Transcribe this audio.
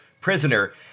prisoner